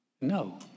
No